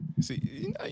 See